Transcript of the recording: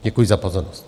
Děkuji za pozornost.